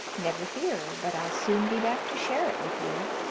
never fear but i'll soon be back to share it with you.